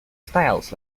styles